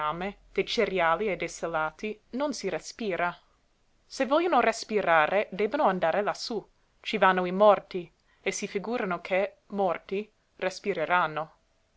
dei cereali e dei salati non si respira se vogliono respirare debbono andare lassú ci vanno morti e si figurano che morti respireranno